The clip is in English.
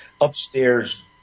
upstairs